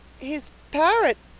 his parrot.